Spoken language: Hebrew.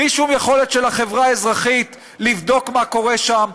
בלי שום יכולת של החברה האזרחית לבדוק מה קורה שם,